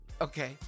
Okay